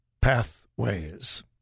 pathways